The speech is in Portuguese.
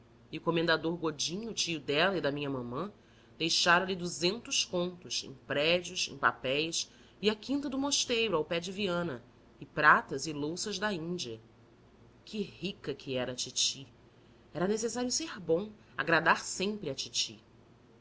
e o comendador godinho tio dela e da minha mamã deixara lhe duzentos contos em prédios em papéis e a quinta do mosteiro ao pé de viana e pratas e louças da índia que rica que era a titi era necessário ser bom agradar sempre à titi